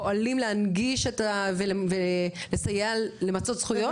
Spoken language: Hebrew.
פועלים בעירייה על מנת להנגיש ולסייע לאוכלוסייה הזו למצות את הזכויות?